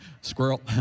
Squirrel